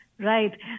Right